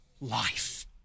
life